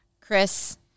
Chris